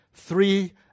three